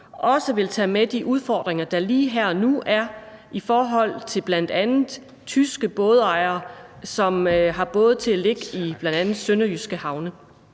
også ville tage de udfordringer med, der lige her og nu er i forhold til bl.a. tyske bådejere, som har både til at ligge i bl.a. sønderjyske havne.